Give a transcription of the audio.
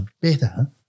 better